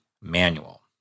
manual